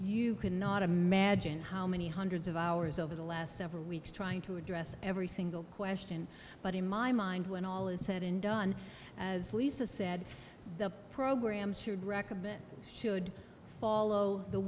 you cannot imagine how many hundreds of hours over the last several weeks trying to address every single question but in my mind when all is said and done as lisa said the programs should recommend should follow the